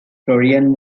florian